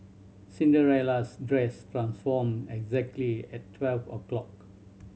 Cinderella's dress transformed exactly at twelve o' clock